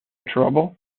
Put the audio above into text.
trouble